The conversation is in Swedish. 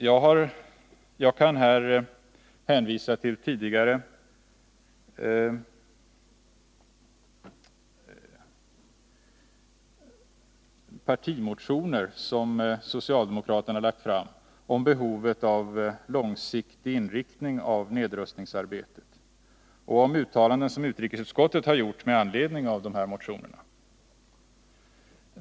Jag kan hänvisa till tidigare partimotioner som socialdemokraterna väckt om behovet av långsiktig inriktning av nedrustningsarbetet och till uttalanden som utrikesutskottet har gjort med anledning av de här motionerna.